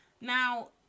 now